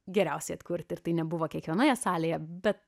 geriausiai atkurti ir tai nebuvo kiekvienoje salėje bet